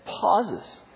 pauses